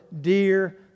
dear